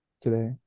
today